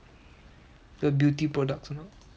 the beauty products or not